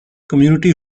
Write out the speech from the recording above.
community